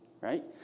right